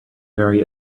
very